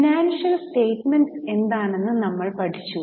financial statements എന്താണെന്ന് നമ്മൾ പഠിച്ചു